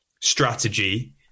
strategy